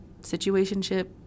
situationship